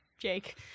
Jake